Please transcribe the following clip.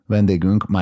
Vendégünk